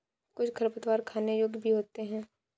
कुछ खरपतवार खाने योग्य भी होते हैं